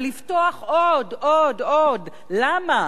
אבל לפתוח עוד, עוד, עוד, למה?